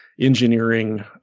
engineering